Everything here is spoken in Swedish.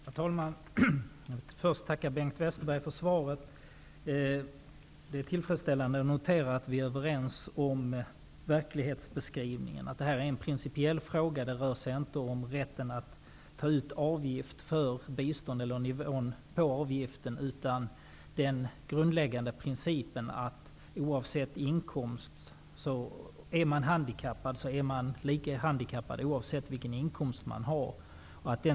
Herr talman! Först tackar jag Bengt Westerberg för svaret. Det är tillfredsställande, och jag noterar att vi är överens om verklighetsbeskrivningen. Det rör sig alltså om en principiell fråga, inte om rätten att ta ut avgift för bistånd eller om avgiftsnivån. Den grundläggande principen är i stället att den som är handikappad är handikappad -- oavsett inkomsten, som alltså inte avgör omfattningen.